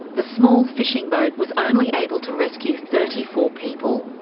the small fishing boat was only able to rescue thirty four people.